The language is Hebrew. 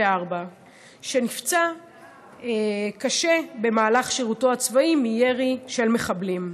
שנפצע קשה במהלך שירותו הצבאי מירי של מחבלים.